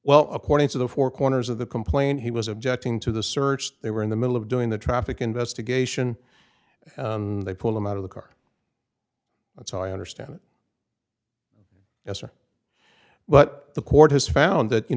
well according to the four corners of the complaint he was objecting to the search they were in the middle of doing the traffic investigation they pulled him out of the car so i understand yes or but the court has found that you